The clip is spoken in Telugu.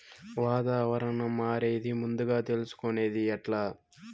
వాతావరణం మారేది ముందుగా తెలుసుకొనేది ఎట్లా?